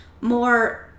more